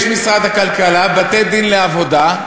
יש משרד הכלכלה, בתי-דין לעבודה,